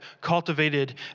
cultivated